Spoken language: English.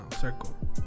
circle